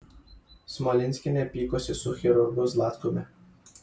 smalinskienė pykosi su chirurgu zlatkumi